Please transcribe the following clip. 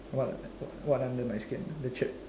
what what what under my skin the chip